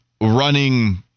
running